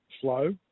flow